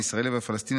הישראלי והפלסטיני,